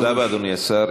תודה רבה, אדוני השר.